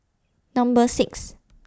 Number six